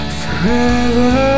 forever